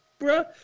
Bruh